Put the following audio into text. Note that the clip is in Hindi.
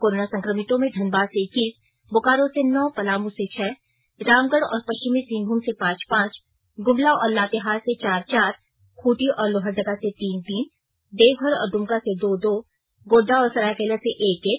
कोरोना संकमितों में धनबाद से इक्कीस बोकारो से नौ पलामू से छह रामगढ़ और पश्चिमी सिंहभूम से पांच पांच गुमला और लातेहार से चार चार खूंटी और लोहरदगा से तीन तीन देवघर और दुमका से दो दो गोड़डा और सरायकेला से एक एक